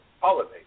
holiday